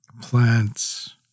plants